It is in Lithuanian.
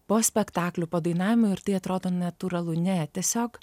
po spektaklių padainavimų ir tai atrodo natūralu ne tiesiog